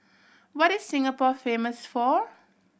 what is Singapore famous for